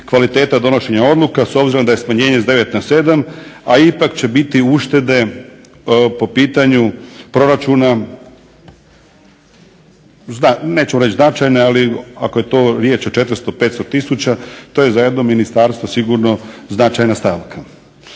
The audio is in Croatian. kvaliteta donošenja odluka s obzirom da je smanjenje s 9 na 7, a ipak će biti uštede po pitanju proračuna, neću reći značajne ali ako je to riječ o 400, 500 tisuća to je za jedno ministarstvo sigurno značajna stavka.